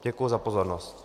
Děkuji za pozornost.